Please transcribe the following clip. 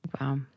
Wow